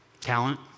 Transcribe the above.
talent